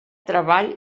treball